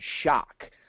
shock